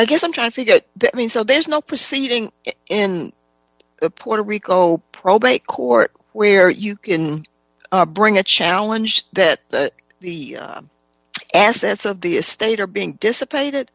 i guess i'm trying to get that mean so there's no proceeding in puerto rico probate court where you can bring a challenge that the assets of the estate are being dissipated